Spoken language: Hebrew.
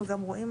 אנחנו גם רואים,